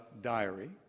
diary